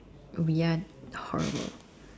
we ain't horrible